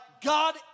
God